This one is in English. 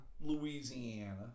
Louisiana